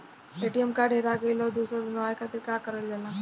ATM card हेरा गइल पर दोसर बनवावे खातिर का करल जाला?